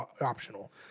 optional